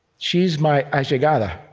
she's my allegada.